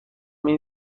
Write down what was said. این